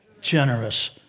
Generous